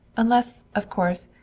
unless, of course,